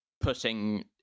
putting